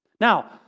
Now